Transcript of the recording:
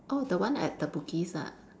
orh the one at the Bugis ah